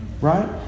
Right